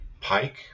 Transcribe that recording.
pike